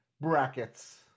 brackets